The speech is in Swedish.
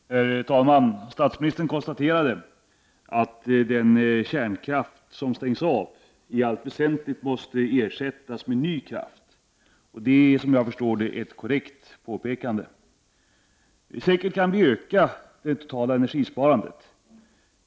Herr talman! Statsministern konstaterade att den kärnkraft som stängs av i allt väsentligt måste ersättas med ny kraft. Det är, är såvitt jag förstår, ett korrekt påpekande. Säkert kan vi öka det totala energisparandet.